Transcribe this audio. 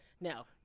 No